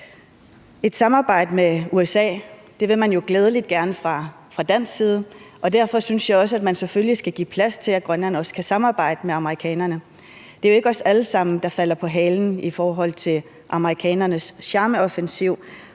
Et samarbejde med USA vil man jo gladeligt og gerne indgå i fra dansk side, og derfor synes jeg selvfølgelig også, at man skal give plads til, at Grønland også kan samarbejde med amerikanerne. Det er jo ikke os alle sammen, der falder på halen over amerikanernes charmeoffensiv,